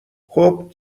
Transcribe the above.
خوب